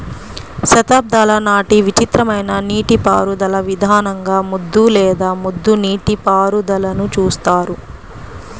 శతాబ్దాల నాటి విచిత్రమైన నీటిపారుదల విధానంగా ముద్దు లేదా ముద్ద నీటిపారుదలని చూస్తారు